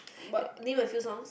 but name a few songs